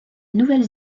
nouvelle